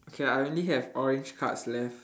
okay I only have orange cards left